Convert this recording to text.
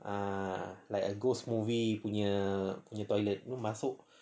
ah like a ghost movie punya punya toilet masuk